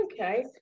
Okay